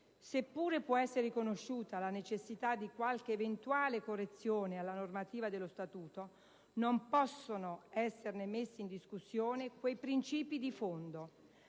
Se pure può essere riconosciuta la necessità di qualche eventuale correzione alla normativa dello Statuto, non possono esserne messi in discussione quei principi di fondo